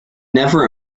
never